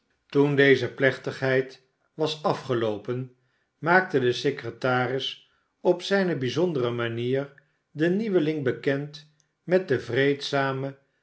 toen deze plechtigheid was afgeloopen maakte de secretaris op zijne bijzondere manier den nieuweling bekend met de vreedzame